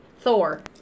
Thor